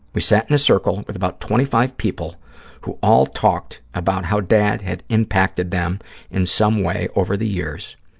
we sat in a circle with about twenty five people who all talked about how dad had impacted them in some way over the years,